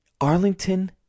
Arlington